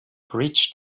bridge